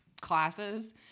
classes